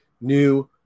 new